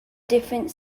different